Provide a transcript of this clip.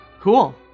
cool